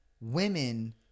women